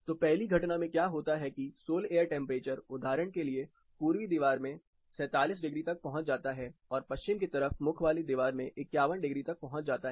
तो पहली घटना में क्या होता है कि सोल एयर टेंपरेचर उदाहरण के लिए पूर्वी दीवार में 47 डिग्री तक पहुंच जाता है और पश्चिम की तरफ मुख वाली दीवार में 51 डिग्री तक पहुंच जाता है